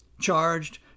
charged